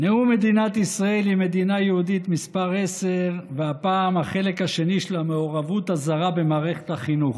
נאום מדינת ישראל היא מדינה יהודית מס' 10. והפעם החלק השני של המעורבות הזרה במערכת החינוך.